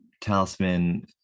Talisman